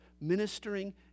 ministering